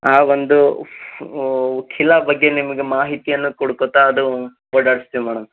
ಆ ಒಂದು ಫ್ ಕಿಲಾ ಬಗ್ಗೆ ನಿಮ್ಗೆ ಮಾಹಿತಿಯನ್ನು ಕೊಟ್ಕೊತಾ ಅದು ಓಡಾಡ್ಸ್ತೀವಿ ಮೇಡಮ್